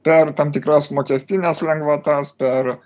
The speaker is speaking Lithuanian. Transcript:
per tam tikras mokestines lengvatas per